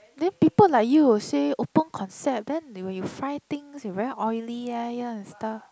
then people like you will say open concept then when you fry things very oily ya ya and stuff